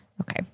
okay